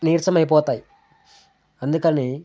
నీరసమైపోతాయి అందుకని